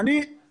זה קורה.